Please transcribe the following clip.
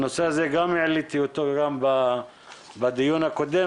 הנושא הזה גם העליתי גם בדיון הקודם.